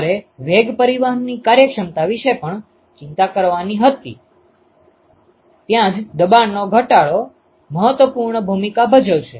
તમારે વેગ પરિવહન ટ્રાન્સપોર્ટ ની કાર્યક્ષમતા વિશે પણ ચિંતા કરવાની જરૂર હતી ત્યાં જ દબાણ નો ઘટડો મહત્વપૂર્ણ ભૂમિકા ભજવશે